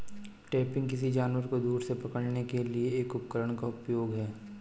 trapping, किसी जानवर को दूर से पकड़ने के लिए एक उपकरण का उपयोग है